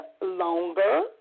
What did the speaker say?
longer